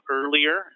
earlier